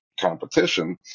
competition